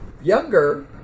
younger